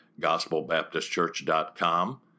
gospelbaptistchurch.com